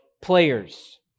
players